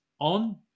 on